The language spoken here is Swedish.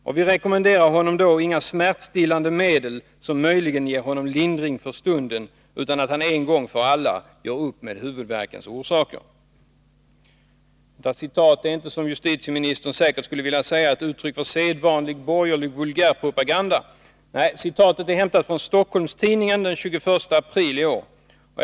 Och vi rekommenderar honom då inga smärtstillande medel som möjligen ger honom lindring för stunden ——-—, utan att han en gång för alla gör upp med huvudvärkens orsaker.” Citatet är inte, som justitieministern säkert skulle vilja säga, ett uttryck för sedvanlig borgerlig vulgärpropaganda. Nej, citatet är hämtat från Stockholms-Tidningen för den 21 april i år.